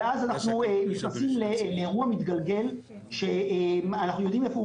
ואז אנחנו נכנסים לאירוע מתגלגל שאנחנו יודעים איפה הוא